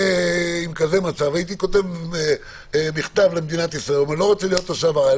במצב כזה הייתי כותב מכתב למדינת ישראל: לא רוצה להיות תושב ארעי,